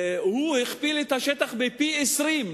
הוא הגדיל את השטח פי-20,